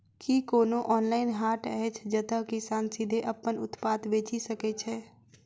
की कोनो ऑनलाइन हाट अछि जतह किसान सीधे अप्पन उत्पाद बेचि सके छै?